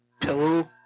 pillow